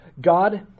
God